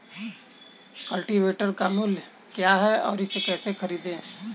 Cultivator का मूल्य क्या है और इसे कैसे खरीदें?